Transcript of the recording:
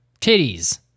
Titties